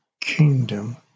kingdom